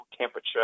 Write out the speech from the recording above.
temperature